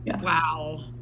Wow